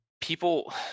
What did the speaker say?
people